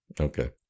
Okay